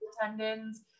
tendons